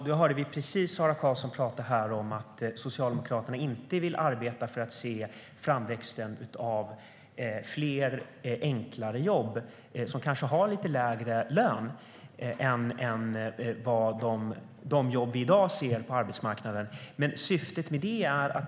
Vi hörde precis Sara Karlsson tala om att Socialdemokraterna inte vill arbeta för att se framväxten av fler enklare jobb, som kanske har lite lägre lön än de jobb vi i dag ser på arbetsmarknaden.